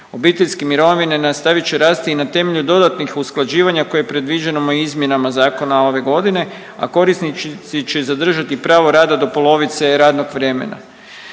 Obiteljske mirovine nastavit će rasti i na temelju dodatnih usklađivanja koje je predviđeno izmjenama Zakona ove godine, a korisnici će zadržati pravo rada do polovice radnog vremena.